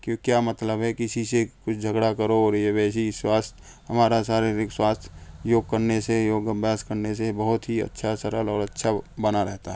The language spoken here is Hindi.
क्यों क्या मतलब है किसी से कुछ झगड़ा करो और ये वैसी स्वास्थ्य हमारा शारीरिक स्वास्थ्य योग करने से योग अभ्यास करने से बहुत ही अच्छा सरल और अच्छा बना रहता है